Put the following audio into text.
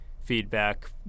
feedback